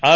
R